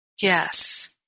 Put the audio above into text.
Yes